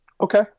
Okay